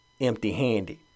empty-handed